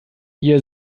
ihr